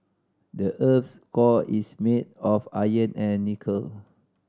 the earth's core is made of iron and nickel